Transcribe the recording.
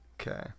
Okay